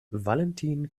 valentin